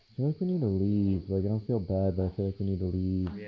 like we need to leave. like, i don't feel bad but i feel like we need to leave. yeah.